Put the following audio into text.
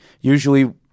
usually—